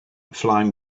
flying